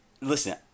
Listen